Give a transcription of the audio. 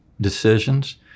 decisions